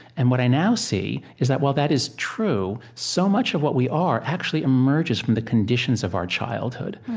and what i now see is that while that is true, so much of what we are actually emerges from the conditions of our childhood.